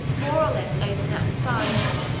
more or less open at the sides,